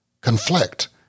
conflict